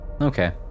Okay